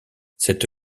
cette